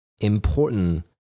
important